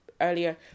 earlier